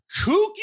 kooky